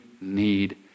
need